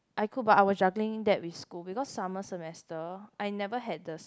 I could but I was juggling that with school because summer semester I never had the